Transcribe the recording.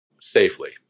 safely